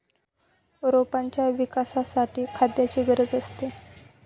रोपांच्या विकासासाठी खाद्याची गरज असते